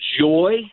joy